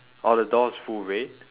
oh the door is full red